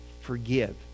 forgive